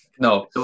no